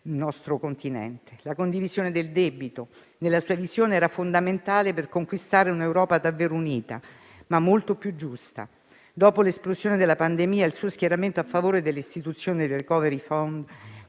sul nostro Continente. Nella sua visione la condivisione del debito era fondamentale per conquistare un'Europa davvero unita, ma molto più giusta. Dopo l'esplosione della pandemia, il suo schieramento a favore dell'istituzione del *recovery fund,*